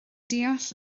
deall